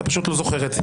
אתה פשוט לא זוכר את זה.